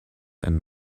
and